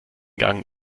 gang